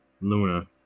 Luna